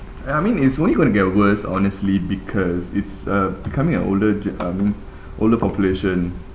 ya I mean it's only going to get worse honestly because it's uh becoming an older ge~ um older population